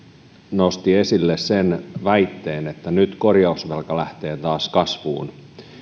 nosti esille sen väitteen että nyt korjausvelka lähtee taas kasvuun